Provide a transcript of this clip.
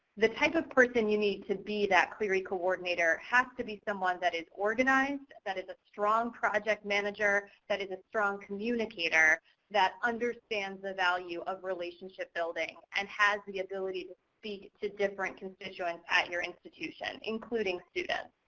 the type of person you need to be that clery coordinator has to be someone that is organized, that is a strong project manager, that is a strong communicator that understands the value of relationship building. and has the ability to speak to different constituents at your institution, including students.